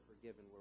forgiven